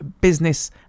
business